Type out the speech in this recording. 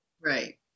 Right